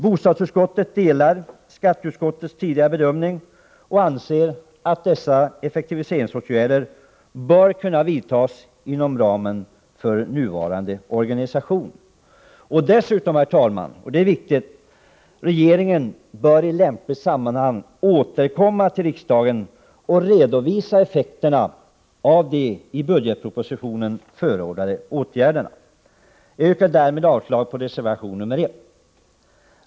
Bostadsutskottet delar skatteutskottets tidigare bedömning och anser att de föreslagna effektiviseringsåtgärderna bör kunna vidtas inom ramen för nuvarande organisation. Dessutom, herr talman — och det är viktigt — bör regeringen i lämpligt sammanhang återkomma till frågan och redovisa effekterna av de i budgetpropositionen förordade åtgärderna. Jag yrkar därmed avslag på reservation 1.